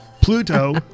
Pluto